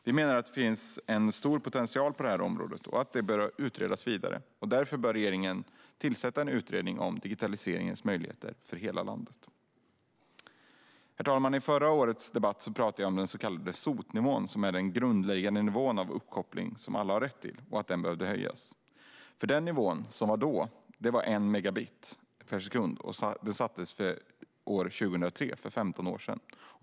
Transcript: Vi menar att det finns en stor potential på detta område och att det bör utredas vidare. Därför bör regeringen tillsätta en utredning om digitaliseringens möjligheter för hela landet. Herr talman! I förra årets debatt talade jag om den så kallade SOT-nivån, som är den grundläggande nivå av uppkoppling som alla har rätt till, och om att den behövde höjas. Dåvarande nivå, 1 megabit per sekund, sattes år 2003, alltså för 15 år sedan.